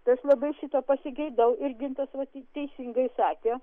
tai aš labai šito pasigedau ir gintas vat teisingai sakė